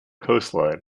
coastline